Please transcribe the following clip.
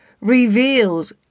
reveals